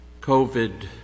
COVID